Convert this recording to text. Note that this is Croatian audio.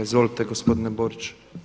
Izvolite gospodine Borić.